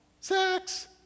Sex